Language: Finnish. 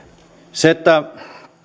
se että